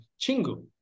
Chingu